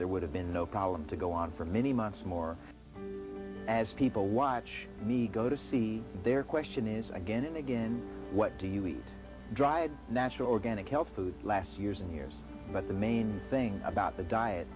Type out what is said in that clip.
there would have been no column to go on for many months more as people watch me go to see their question is again and again what do you eat dried natural organic health food last years and years but the main thing about the diet